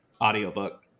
Audiobook